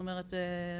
זאת אומרת,